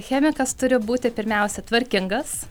chemikas turi būti pirmiausia tvarkingas